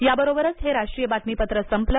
याबरोबरच हे राष्ट्रीय बातमीपत्र संपलं